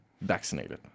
vaccinated